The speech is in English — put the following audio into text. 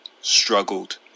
struggled